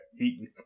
eating